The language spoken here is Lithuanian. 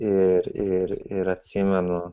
ir ir ir atsimenu